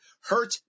Hurt